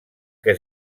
què